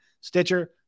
Stitcher